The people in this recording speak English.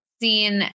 seen